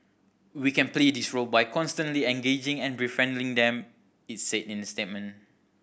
we can play this role by constantly engaging and befriending them it said in a statement